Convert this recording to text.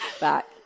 back